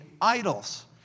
idols